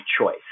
choice